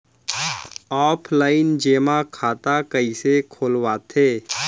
Offline जेमा खाता कइसे खोलवाथे?